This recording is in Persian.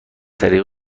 طریق